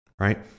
right